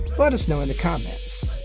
let us know in the comments.